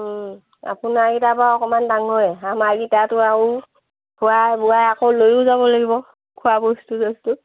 আপোনাৰকেইটা বাৰু অকণমান ডাঙৰেই আমাৰকেইটাটো আৰু খোৱাাই বোৱাই আকৌ লৈয়ো যাব লাগিব খোৱা বস্তু চস্তু